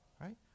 right